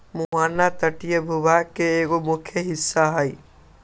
मुहाना तटीय भूभाग के एगो मुख्य हिस्सा हई